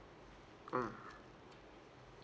mm